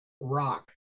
rock